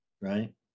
right